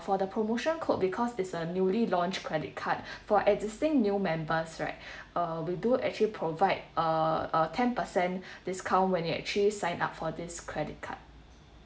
for the promotion code because it's a newly launched credit card for existing new members right uh we do actually provide uh a ten percent discount when you actually sign up for this credit card